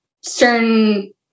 certain